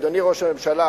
אדוני ראש הממשלה,